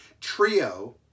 trio